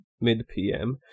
mid-pm